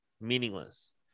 Meaningless